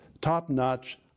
top-notch